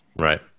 Right